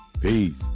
Peace